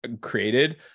created